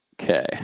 Okay